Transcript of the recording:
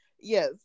yes